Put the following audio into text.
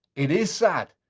it is sad.